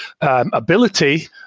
ability